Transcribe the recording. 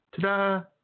ta-da